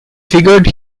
figured